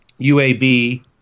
UAB